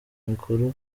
mikuru